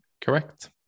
Correct